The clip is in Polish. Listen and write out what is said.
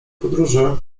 podróży